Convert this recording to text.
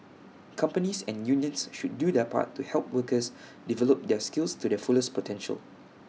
companies and unions should do their part to help workers develop their skills to their fullest potential